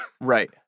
Right